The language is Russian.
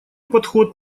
подход